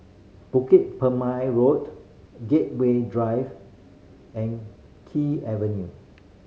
Bukit Purmei Road Gateway Drive and Kew Avenue